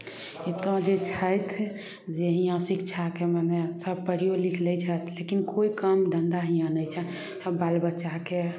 एतोऽ जे छथि जे हियाँ शिक्षाके मने सभ पढ़ियो लिख लै छथि लेकिन कोइ काम धन्धा हियाँ नहि छनि सभ बाल बच्चाके